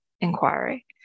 inquiry